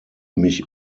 mich